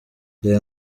reba